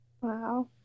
wow